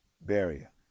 barrier